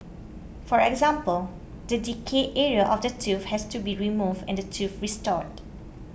for example the decayed area of the tooth has to be removed and the tooth restored